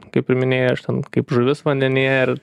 kaip ir minėjai aš ten kaip žuvis vandenyje ir